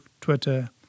Twitter